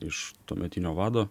iš tuometinio vado